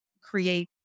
create